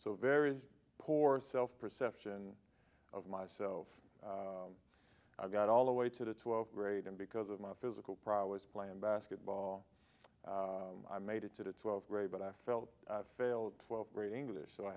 so very poor self perception of myself i got all the way to the twelfth grade and because of my physical prowess playing basketball i made it to the twelfth grade but i felt failed twelfth grade english so i